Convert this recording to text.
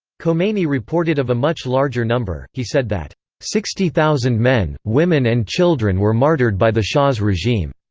khomeini reported of a much larger number he said that sixty thousand men, women and children were martyred by the shah's regime.